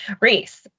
Reese